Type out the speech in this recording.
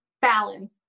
Fallon